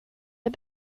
det